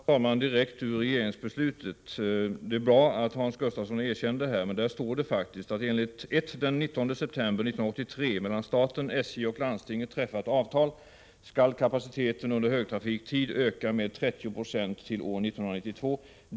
Herr talman! Det är bra att Hans Gustafsson erkände detta. I regeringsbeslutet står det faktiskt: ”Enligt ett den 19 september 1983 mellan staten, SJ och landstinget träffat avtal skall kapaciteten under högtrafiktid öka med 30 procent till år 1992.